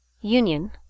Union